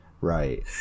right